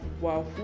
wow